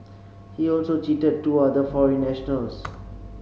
he also cheated two other foreign nationals